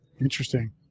Interesting